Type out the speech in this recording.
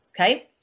Okay